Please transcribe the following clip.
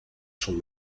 schon